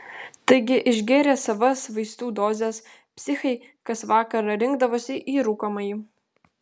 taigi išgėrę savas vaistų dozes psichai kas vakarą rinkdavosi į rūkomąjį